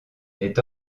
est